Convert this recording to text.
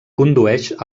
condueix